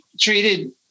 treated